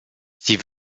sie